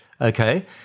okay